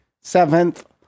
Seventh